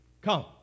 Come